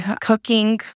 cooking